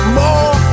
more